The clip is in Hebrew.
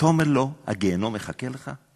אתה אומר לו: הגיהינום מחכה לך?